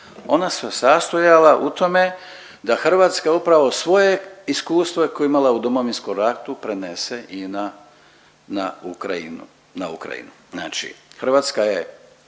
Ona se sastojala u tome da Hrvatska upravo svoje iskustvo koje je imala u Domovinskom ratu prenese i na Ukrajinu. Znači Hrvatska je